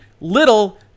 little